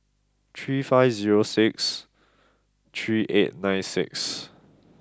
three five zero six three eight nine six